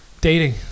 dating